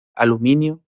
aluminio